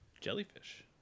Jellyfish